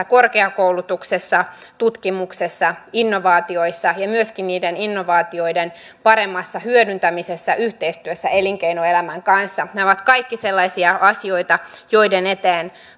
korkeatasoisessa korkeakoulutuksessa tutkimuksessa innovaatioissa ja myöskin innovaatioiden paremmassa hyödyntämisessä yhteistyössä elinkeinoelämän kanssa nämä ovat kaikki sellaisia asioita joiden eteen